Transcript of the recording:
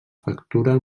factura